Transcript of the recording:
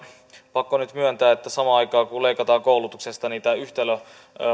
pakko nyt myöntää että kun samaan aikaan leikataan koulutuksesta niin tämä yhtälö